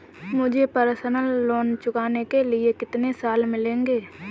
मुझे personal loan चुकाने के लिए कितने साल मिलेंगे?